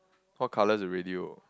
what colour is the radio